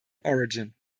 origin